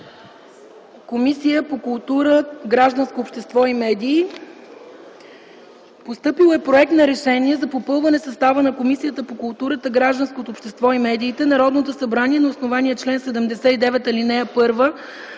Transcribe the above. Комисия по култура, гражданско общество и медии. Постъпил е Проект за: „РЕШЕНИЕ за попълване състава на Комисията по културата, гражданското общество и медиите: Народното събрание, на основание чл. 79, ал. 1